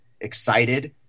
excited